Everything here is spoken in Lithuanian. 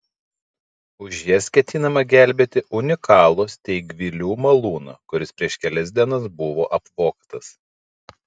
už jas ketinama gelbėti unikalų steigvilių malūną kuris prieš kelias dienas buvo apvogtas